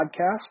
podcast